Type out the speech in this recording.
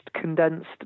condensed